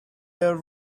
there